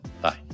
bye